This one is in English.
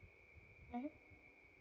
mmhmm